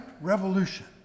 revolution